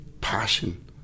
passion